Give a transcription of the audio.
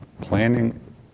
Planning